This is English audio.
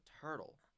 turtle